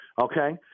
Okay